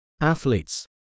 athletes